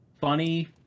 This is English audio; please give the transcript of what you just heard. funny